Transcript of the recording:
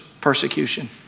persecution